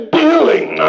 dealing